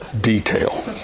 detail